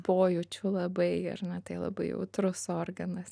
pojūčių labai ar ne tai labai jautrus organas